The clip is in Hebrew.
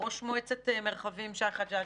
ראש מועצת מרחבים, שי חג'ג',